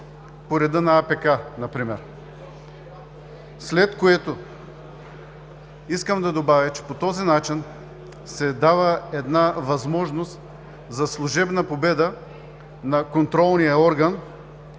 ТОДОР БАЙЧЕВ: След което искам да добавя, че по този начин се дава една възможност за служебна победа на контролния орган